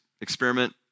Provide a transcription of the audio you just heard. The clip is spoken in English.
experiment